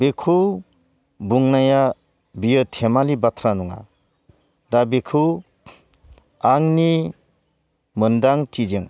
बेखौ बुंनाया बेयो धेमालि बाथ्रा नङा दा बेखौ आंनि मोनदांथिजों